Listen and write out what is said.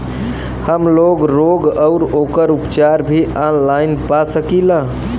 हमलोग रोग अउर ओकर उपचार भी ऑनलाइन पा सकीला?